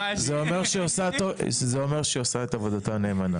שהיא עושה את עבודתה נאמנה.